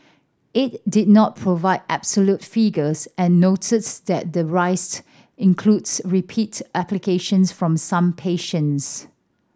it did not provide absolute figures and noted that the rise includes repeat applications from some patients